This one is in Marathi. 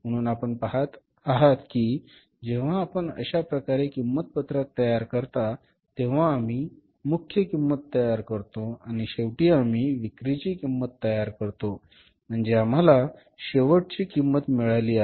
म्हणून आपण पहात आहात की जेव्हा आपण अशा प्रकारे किंमत पत्रक तयार करता तेव्हा आम्ही मुख्य किंमत तयार करतो आणि शेवटी आम्ही विक्रीची किंमत तयार करतो म्हणजे आम्हाला शेवटची किंमत मिळाली आहे